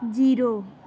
zero